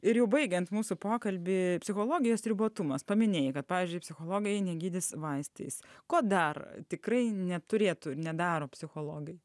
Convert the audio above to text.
ir jau baigiant mūsų pokalbį psichologijos ribotumas paminėjai kad pavyzdžiui psichologai negydys vaistais ko dar tikrai neturėtų nedaro psichologai